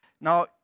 Now